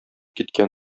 киткән